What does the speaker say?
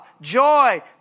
joy